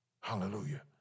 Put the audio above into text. Hallelujah